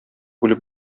үлеп